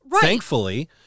thankfully